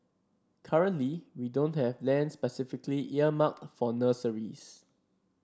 currently we don't have land specifically earmarked for nurseries